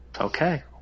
Okay